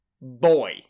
boy